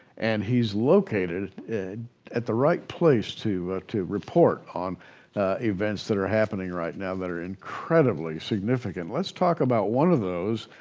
and he's located and at the right place to to report on events that are happening right now that are incredibly significant. let's talk about one of those,